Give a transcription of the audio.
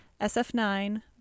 SF9